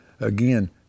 again